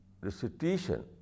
recitation